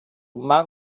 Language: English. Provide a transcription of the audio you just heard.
mark